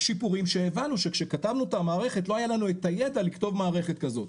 שיפורים שהבנו שכשכתבנו את המערכת לא היה לנו את הידע לכתוב מערכת כזאת